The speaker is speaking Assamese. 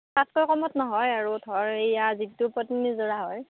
তাতকৈ কমত নহয় আৰু ধৰ এয়া যিটো পদ্মিনী যোৰা হয়